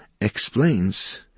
explains